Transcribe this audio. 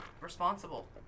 responsible